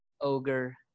Ogre